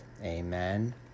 amen